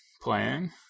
playing